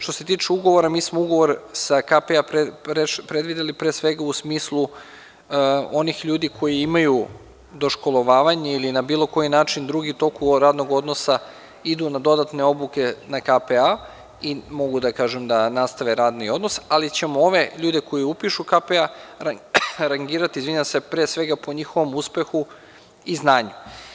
Što se tiče ugovora, mi smo ugovor sa KPA predvideli pre svega u smislu onih ljudi koji imaju doškolovavanje ili na bilo koji drugi način u toku radnog odnosa idu na dodatne obuke na KPA i mogu da kažem da nastave radni odnos, ali ćemo one ljude koji upišu KPA rangirati pre svega po njihovom uspehu i znanju.